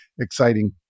exciting